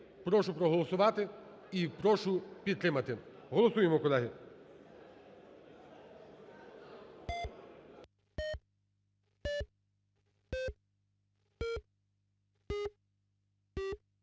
Прошу проголосувати і прошу підтримати. Голосуємо, колеги.